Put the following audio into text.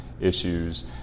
issues